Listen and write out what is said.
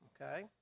okay